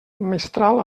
mestral